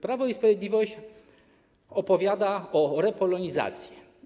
Prawo i Sprawiedliwość opowiada o repolonizacji.